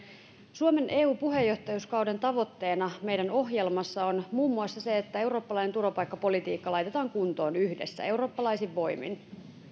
suomen eu puheenjohtajuuskauden tavoitteena meidän ohjelmassa on muun muassa se että eurooppalainen turvapaikkapolitiikka laitetaan kuntoon yhdessä eurooppalaisin voimin